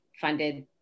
funded